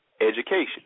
education